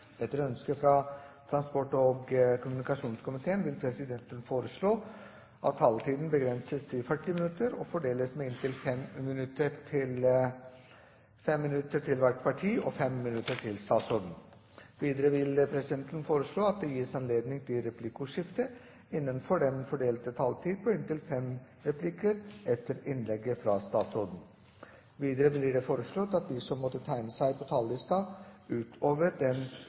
Etter ønske fra transport- og kommunikasjonskomiteen vil presidenten foreslå at taletiden begrenses til 40 minutter og fordeles med inntil 5 minutter til hvert parti og inntil 5 minutter til statsråden. Presidenten vil videre foreslå at det gis anledning til replikkordskifte innenfor den fordelte taletid på inntil fem replikker med svar etter innlegget fra statsråden. Videre blir det foreslått at de som måtte tegne seg på talerlisten utover den